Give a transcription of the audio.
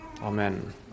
Amen